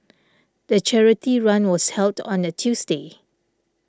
the charity run was held on a Tuesday